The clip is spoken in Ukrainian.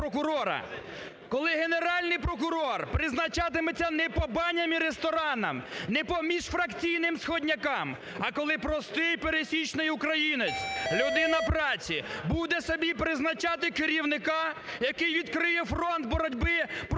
Коли Генеральний прокурор призначатиметься не по баням і ресторанам, не по міжфракційним східнякам, а коли простий пересічний українець, людина праці буде собі призначати керівника, який відкриє фронт боротьби проти